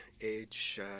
age